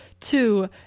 two